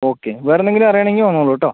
okay വേറെ എന്തെങ്കിലും അറിയണമെങ്കിൽ വന്നോളൂ കേട്ടോ